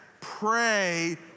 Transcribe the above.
pray